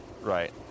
Right